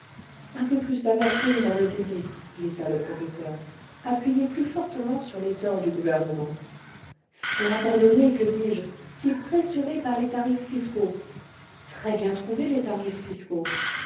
un peu plus d'amertume dans le débit glissa le professeur appuyez plus fortement sur les torts du gouvernement si abandonnée que dis-je si pressurée par les tarifs fiscaux très bien trouvé les tarifs